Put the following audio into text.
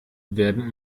werden